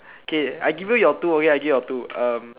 K I give your two okay I give you your two um